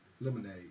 lemonade